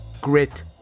grit